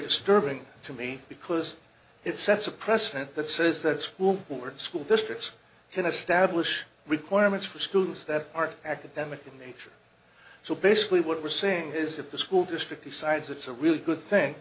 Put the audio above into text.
disturbing to me because it sets a precedent that says that school board school districts can establish requirements for schools that are academic in nature so basically what we're saying is if the school district decides it's a really good thing